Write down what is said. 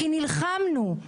כי נלחמנו,